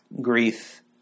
Grief